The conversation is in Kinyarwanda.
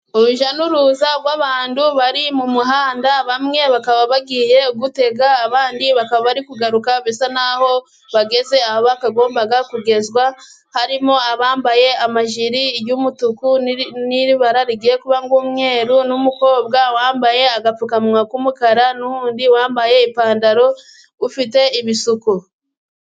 Urujya n'uruza rw'abantu bari mu muhanda bamwe bakaba bagiye gutega, abandi bakaba bari kugaruka ,bisa naho bageze aho bakagombye kugezwa ,harimo abambaye amajiri y'umutuku n'ibara rigiye kuba umweru , n'umukobwa wambaye agapfukanwa k'umukara , n'undi wambaye ipantaro ufite ibisuku.